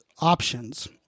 options